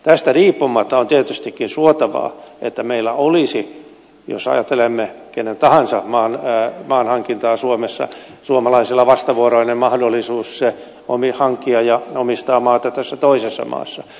tästä riippumatta on tietystikin suotavaa että meillä olisi jos ajattelemme kenen tahansa maanhankintaa suomessa suomalaisilla vastavuoroinen mahdollisuus hankkia ja omistaa maata tässä toisessa maassa